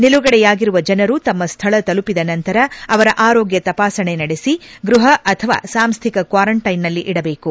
ನಿಲುಗಡೆಯಾಗಿರುವ ಜನರು ತಮ್ಮ ಸ್ಥಳ ತಲುಪಿದ ನಂತರ ಅವರ ಆರೋಗ್ಯ ತಪಾಸಣೆ ನಡೆಸಿ ಗೃಪ ಅಥವಾ ಸಾಂಸ್ಟಿಕ ಕ್ವಾರಂಟೈನ್ನಲ್ಲಿ ಇಡಬೇಕು